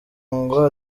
ngo